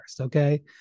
okay